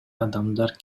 адамдар